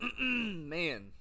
man